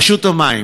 רשות המים.